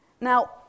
Now